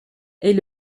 est